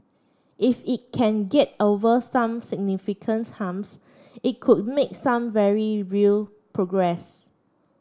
if it can get over some significance humps it could make some very real progress